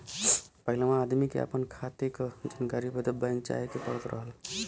पहिलवा आदमी के आपन खाते क जानकारी बदे बैंक जाए क पड़त रहल